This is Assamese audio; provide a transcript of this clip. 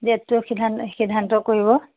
ডেটটো সিদ্ধান্ত সিদ্ধান্ত কৰিব